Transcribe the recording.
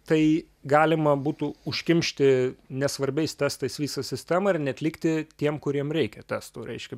tai galima būtų užkimšti nesvarbiais testais visą sistemą ir neatlikti tiem kuriem reikia testų reiškia